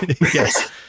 Yes